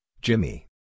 Jimmy